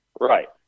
Right